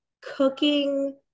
cooking